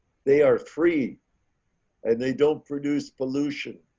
they are free and they don't produce pollution.